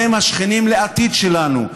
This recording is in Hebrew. אתם השכנים לעתיד שלנו,